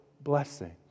blessing